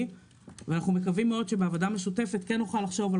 ואנחנו מקווים מאוד שבעבודה משותפת נוכל לחשוב על